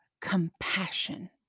compassion